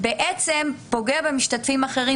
בעצם פוגעים במשתתפים אחרים,